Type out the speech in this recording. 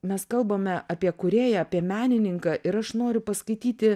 mes kalbame apie kūrėją apie menininką ir aš noriu paskaityti